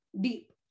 deep